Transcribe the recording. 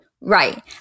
Right